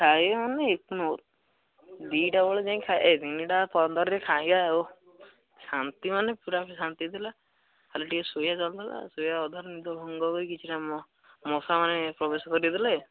ଖାଇବା ମାନେ ଏକ ନମ୍ୱର ଦୁଇଟା ବେଳେ ଯାଇଁ ଖାଏ ତିନିଟା ପନ୍ଦରରେ ଖାଇବା ଓଃ ଶାନ୍ତି ମାନେ ପୂରା ଶାନ୍ତି ଥିଲା ଖାଲି ଟିକେ ଶୋଇବା କମ ହେଲା ଶୋଇବା ଅଧାରୁ ନିଦ ଭଙ୍ଗ ହୋଇ କିଛି କାମ ମଶାମାନେ ପ୍ରବେଶ କରେଇ ଦେଲେ